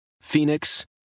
Phoenix